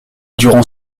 durant